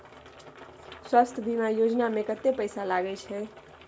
स्वास्थ बीमा योजना में कत्ते पैसा लगय छै?